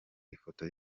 ifoto